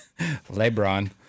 LeBron